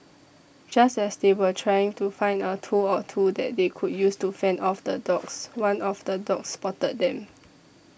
just as they were trying to find a tool or two that they could use to fend off the dogs one of the dogs spotted them